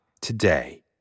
today